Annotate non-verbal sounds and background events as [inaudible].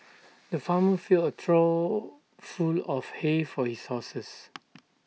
[noise] the farmer filled A trough full of hay for his horses